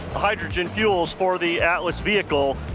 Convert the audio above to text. hydrogen fuels for the atlas vehicle,